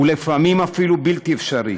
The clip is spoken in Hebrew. ולפעמים אפילו בלתי אפשרית,